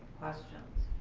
questions?